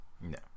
No